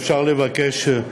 אפשר לבקש,